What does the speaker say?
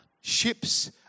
Ships